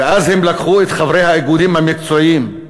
ואז הם לקחו את חברי האיגודים המקצועיים,